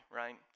right